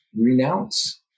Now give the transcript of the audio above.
renounce